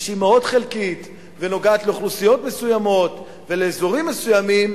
מאוד חלקית ונוגעת לאוכלוסיות מסוימות ולאזורים מסוימים,